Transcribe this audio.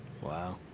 Wow